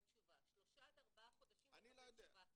שלושה עד ארבעה חודשים לקבל תשובה.